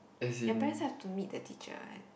your parents have to meet the teacher one